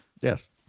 Yes